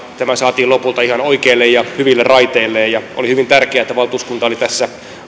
tämä saatiin lopulta ihan oikeille ja hyville raiteille oli hyvin tärkeää että valtuuskunta oli tässä